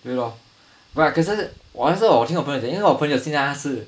对 lor right 可是我还是我 train 到我朋友因为我朋友现在他是